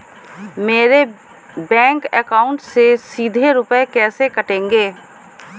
मेरे bank account से सीधे रुपए कैसे कटेंगे?